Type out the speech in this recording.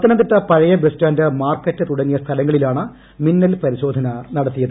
പത്തനംതിട്ട പഴയ bus stand market തുടങ്ങിയ സ്ഥലങ്ങളിലാണ് മിന്നൽ പരിശോധന നടത്തിയത്